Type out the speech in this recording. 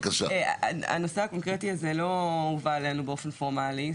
הנושא הקונקרטי הזה לא הובא אלינו באופן פורמאלי.